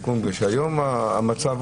בגלל שהיום המצב,